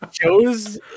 Joe's